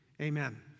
amen